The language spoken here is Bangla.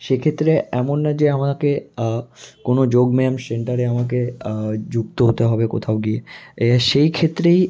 সেক্ষেত্রে এমন না যে আমাকে কোনো যোগব্যায়াম সেন্টারে আমাকে যুক্ত হতে হবে কোথাও গিয়ে এ সেই ক্ষেত্রেই